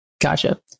Gotcha